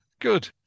good